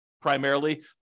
primarily